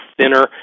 thinner